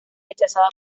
rechazada